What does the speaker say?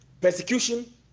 persecution